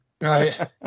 Right